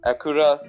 Acura